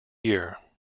year